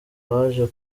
baje